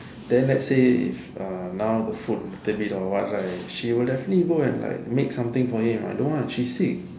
then let's say if uh now the food little bit or what right she will definitely go and like make some thing for him I know one she sick